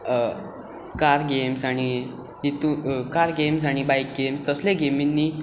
games like car games आनी हितूर car game आनी बायक गेम तसल्या गेमिंनी